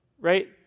right